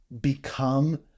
become